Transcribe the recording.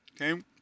okay